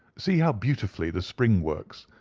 see how beautifully the spring works.